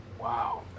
Wow